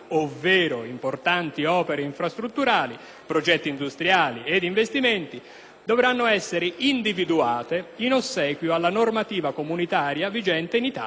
dovranno essere individuate in ossequio alla normativa comunitaria vigente in Italia in materia di scelta dei contraenti». Mi pare il minimo che si possa